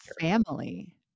family